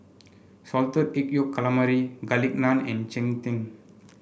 Salted Egg Yolk Calamari Garlic Naan and Cheng Tng